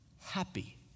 happy